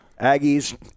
Aggies